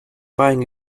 buying